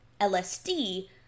LSD